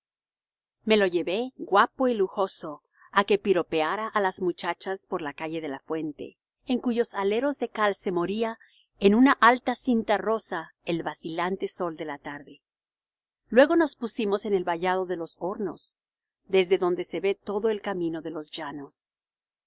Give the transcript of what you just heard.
me lo llevé guapo y lujoso á que piropeara á las muchachas por la calle de la fuente en cuyos aleros de cal se moría en una alta cinta rosa el vacilante sol de la tarde luego nos pusimos en el vallado de los hornos desde donde se ve todo el camino de los llanos